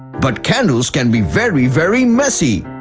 but candles can be very very messy.